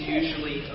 usually